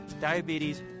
diabetes